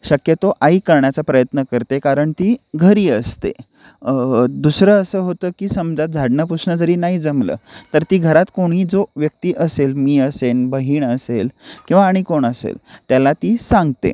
शक्यतो आई करण्याचा प्रयत्न करते कारण ती घरी असते दुसरं असं होतं की समजा झाडणं पुसणं जरी नाही जमलं तर ती घरात कोणी जो व्यक्ती असेल मी असेन बहीण असेल किंवा आणि कोण असेल त्याला ती सांगते